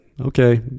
okay